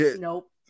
Nope